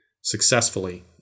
successfully